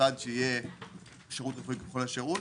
צעד שיהיה שירות רפואי ככל שירות.